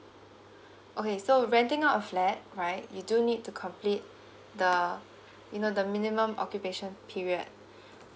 okay so renting out a flat right you do need to complete the you know the minimum occupation period